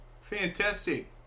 Fantastic